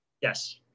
yes